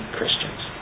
Christians